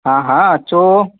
हा हा अचो